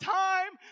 time